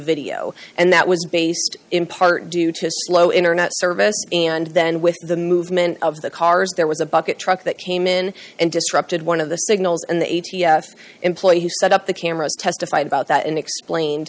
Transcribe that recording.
video and that was based in part due to slow internet service and then with the movement of the cars there was a bucket truck that came in and disrupted one of the signals and the a t f employee who set up the cameras testified about that and explained